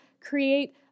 create